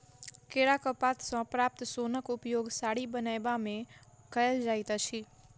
केराक पात सॅ प्राप्त सोनक उपयोग साड़ी बनयबा मे कयल जाइत अछि